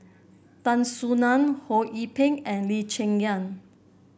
Tan Soo Nan Ho Yee Ping and Lee Cheng Yan